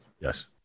Yes